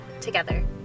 together